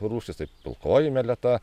rūšys tai pilkoji meleta